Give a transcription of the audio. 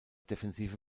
defensive